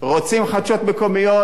רוצים חדשות מקומיות?